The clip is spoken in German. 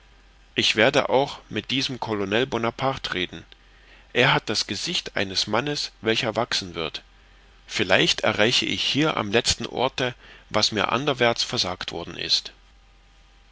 ich werde auch mit diesem colonel bonaparte reden er hat das gesicht eines mannes welcher wachsen wird vielleicht erreiche ich hier am letzten orte was mir anderwärts versagt worden ist